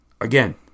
Again